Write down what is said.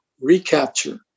recapture